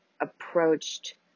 approached